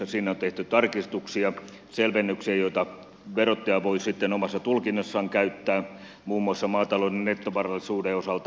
sinne on tehty tarkistuksia selvennyksiä joita verottaja voi sitten omassa tulkinnassaan käyttää muun muassa maatalouden nettovarallisuuden osalta laskiessa